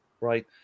Right